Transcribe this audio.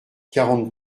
quarante